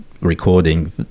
recording